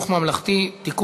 הצבעת?